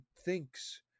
thinks